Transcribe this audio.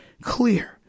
clear